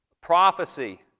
prophecy